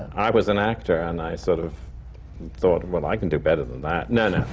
i was an actor, and i sort of thought, well, i can do better than that! no, no.